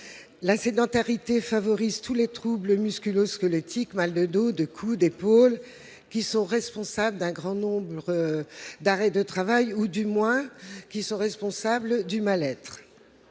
... Elle favorise tous les troubles musculo-squelettiques, mal de dos, de cou, d'épaule, qui sont responsables d'un grand nombre d'arrêts de travail ou sont, du moins, responsables du mal-être.